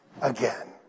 again